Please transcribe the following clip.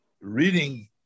reading